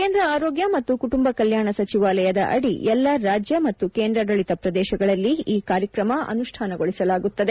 ಕೇಂದ್ರ ಆರೋಗ್ಯ ಮತ್ತು ಕುಟುಂಬ ಕಲ್ಯಾಣ ಸಚಿವಾಲಯದ ಅಡಿ ಎಲ್ಲಾ ರಾಜ್ಜ ಮತ್ತು ಕೇಂದ್ರಾಡಳಿತ ಪ್ರದೇಶಗಳಲ್ಲಿ ಈ ಕಾರ್ಯಕ್ರಮ ಅನುಷ್ಟಾನಗೊಳಿಸಲಾಗುತ್ತದೆ